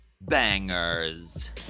bangers